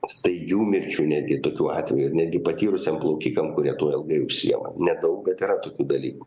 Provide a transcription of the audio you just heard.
staigių mirčių netgi tokių atvejų netgi patyrusiem plaukikam kurie tuo ilgai užsiima nedaug bet yra tokių dalykų